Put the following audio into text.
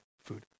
food